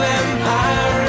empire